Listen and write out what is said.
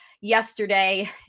yesterday